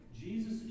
Jesus